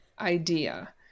idea